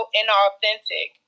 inauthentic